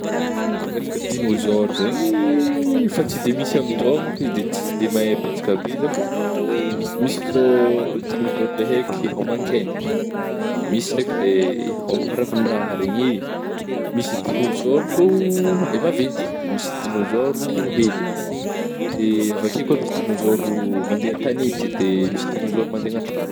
Ko resaka dignôzôro zegny ih, efa tsy de misy amin'izao monkigny izy de tsy de mahay betsaka be zah fa, misy zô dignôzôro le haiky hôma-kegna, misy ndraiky le hômagna ravin-draha regny eh, misy dignôzôro ko le maventy, de misy dignôzôro hely de avy akeo ko misy dignôzôro mandeha an-tagnety de misy dignôzôro mandeha anaty ragno.